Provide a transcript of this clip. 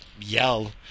yell